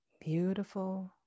beautiful